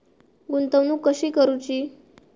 गुंतवणूक कशी करूची?